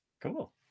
Cool